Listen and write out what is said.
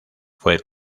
fue